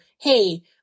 hey